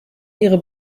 ihre